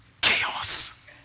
Chaos